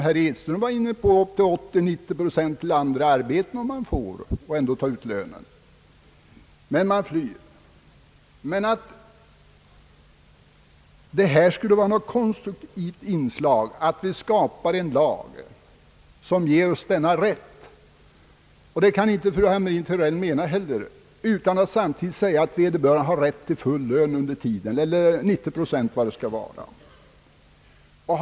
Herr Edström nämnde att 80—90 procent flyr till andra arbeten och tjänster och ändå tar ut lönen. Men man flyr! Fru Hamrin-Thorell kan inte mena, att det skulle vara något konstruktivt inslag att skapa en lag som ger oss denna rätt utan att samtidigt säga att vederbörande skall ha rätt till full lön — eller kanske 90 procent av lönen — under den lediga tiden.